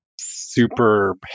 super